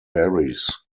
berries